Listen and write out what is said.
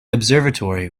observatory